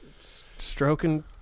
stroking